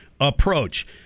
approach